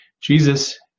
jesus